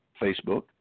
Facebook